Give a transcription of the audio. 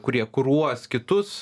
kurie kuruos kitus